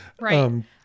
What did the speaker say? right